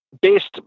based